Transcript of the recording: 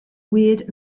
weird